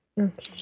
Okay